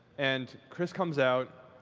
and chris comes out,